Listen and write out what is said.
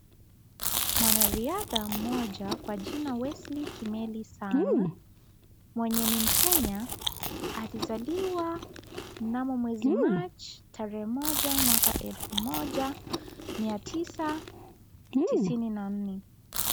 Mwanariadha mmoja kwa jina Wesley Kimeli Sang mwenye ni mkenya alizaliwa mnamo mwezi march tarehe moja mwaka elfu moja mia tisa tisini na nne.